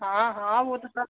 हाँ हाँ वो तो सब